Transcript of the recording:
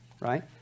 right